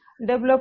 Develop